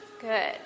Good